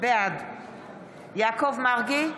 בעד יעקב מרגי,